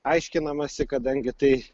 aiškinamasi kadangi tai